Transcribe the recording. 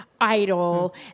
idol